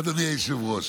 אדוני היושב-ראש,